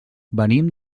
venim